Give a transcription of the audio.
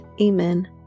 Amen